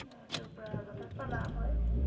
এইটোৰ পৰা যথেষ্ট লাভ হয়